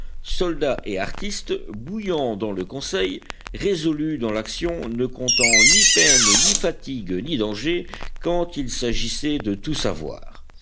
soldat et artiste bouillant dans le conseil résolu dans l'action ne comptant ni peines ni fatigues ni dangers quand il s'agissait de tout savoir